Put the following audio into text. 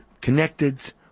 connected